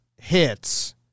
hits